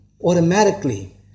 automatically